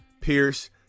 Pierce